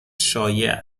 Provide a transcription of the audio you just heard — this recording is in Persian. شایع